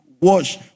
wash